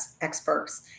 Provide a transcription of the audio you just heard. experts